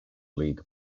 league